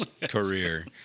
career